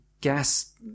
gas